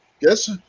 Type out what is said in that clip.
Yes